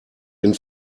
den